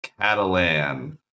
Catalan